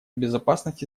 безопасности